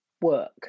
work